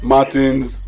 Martin's